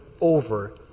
over